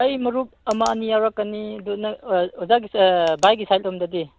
ꯑꯩ ꯃꯔꯨꯞ ꯑꯃ ꯑꯅꯤ ꯌꯥꯎꯔꯛꯀꯅꯤ ꯑꯗꯨ ꯅꯪ ꯑꯥ ꯑꯣꯖꯥꯒꯤꯁꯦ ꯕꯥꯏꯒꯤ ꯁꯥꯏꯠ ꯂꯣꯝꯗꯗꯤ